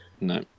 No